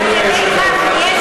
אדוני היושב-ראש,